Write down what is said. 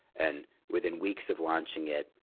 and within weeks of launching it,